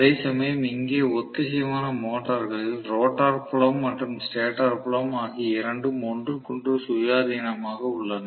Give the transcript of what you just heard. அதேசமயம் இங்கே ஒத்திசைவான மோட்டர்களில் ரோட்டார் புலம் மற்றும் ஸ்டேட்டர் புலம் ஆகிய இரண்டும் ஒன்றுக்கொன்று சுயாதீனமாக உள்ளன